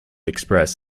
express